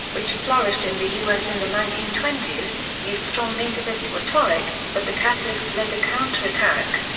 which flourished in the u s. in the nineteen twenty s, used strong nativist rhetoric, but the catholics led a counterattack.